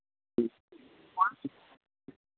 ह्म्म